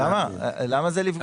למה לפגוע?